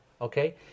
Okay